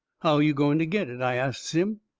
how you going to get it? i asts him.